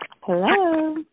Hello